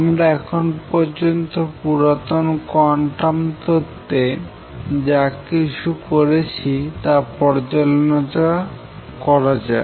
আমরা এখনো পর্যন্ত পুরাতন কোয়ান্টাম তত্ত্বে যা কিছু করেছি তা পর্যালোচনা করা যাক